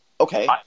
Okay